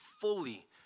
fully